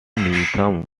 needham